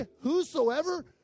Whosoever